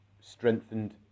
strengthened